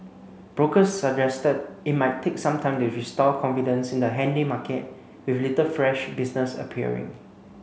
brokers suggested it might take some time to restore confidence in the handy market with little fresh business appearing